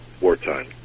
wartime